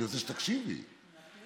אני רוצה שתקשיבי, זו הצעת